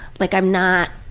like i'm not.